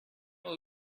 will